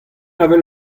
avel